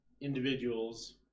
individuals